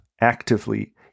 actively